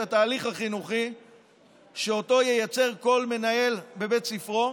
התהליך החינוכי שאותו ייצר כל מנהל בבית ספרו,